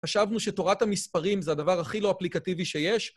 חשבנו שתורת המספרים זה הדבר הכי לא אפליקטיבי שיש?